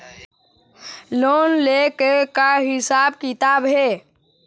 Loan ले के का हिसाब किताब हे?